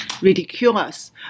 ridiculous